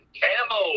camo